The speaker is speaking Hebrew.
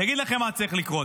אני אגיד לכם מה צריך לקרות,